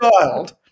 child